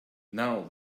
now